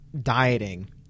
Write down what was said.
dieting